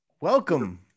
welcome